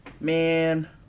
Man